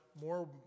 more